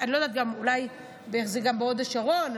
אולי זה גם בהוד השרון,